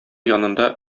янында